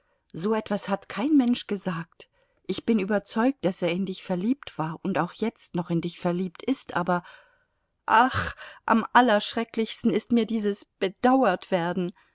so etwas hat kein mensch gesagt ich bin überzeugt daß er in dich verliebt war und auch jetzt noch in dich verliebt ist aber ach am allerschrecklichsten ist mir dieses